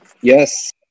yes